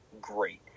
great